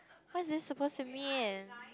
what is this suppose to mean